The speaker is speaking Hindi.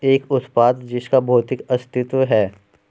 एक उत्पाद जिसका भौतिक अस्तित्व है?